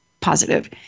positive